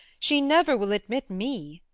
she never will admit me.